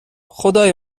خدای